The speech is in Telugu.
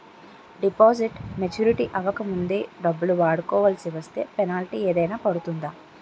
డిపాజిట్ మెచ్యూరిటీ అవ్వక ముందే డబ్బులు వాడుకొవాల్సి వస్తే పెనాల్టీ ఏదైనా పడుతుందా?